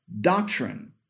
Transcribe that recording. Doctrine